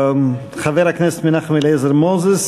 חבר הכנסת מנחם אליעזר מוזס,